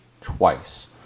twice